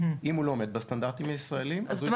אם הוא לא עומד בסטנדרטים הישראליים אז הוא --- זאת